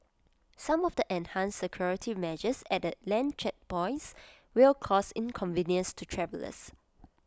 some of the enhanced security measures at the land checkpoints will cause inconvenience to travellers